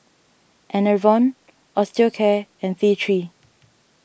Enervon Osteocare and fee three